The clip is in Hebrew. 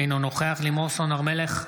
אינו נוכח לימור סון הר מלך,